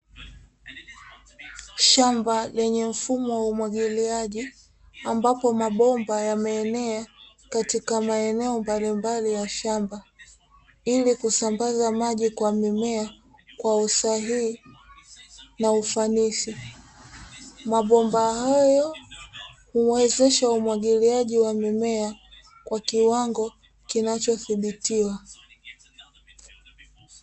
Shamba lenye mfumo wa umwagiliaji, ambapo mabomba yameenea katika maeneo mbalimbali ya shamba ili kusambaza maji kwa mimea kwa usahihi na ufanisi, mabomba hayo huwezesha umwagiliaji wa mimea kwa kiwango kinachodhibitiwa.